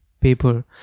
paper